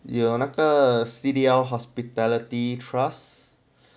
有那个 C_D_L hospitality trust